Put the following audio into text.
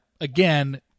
again